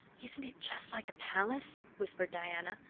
isn't it just like a palace? whispered diana.